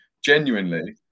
genuinely